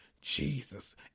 Jesus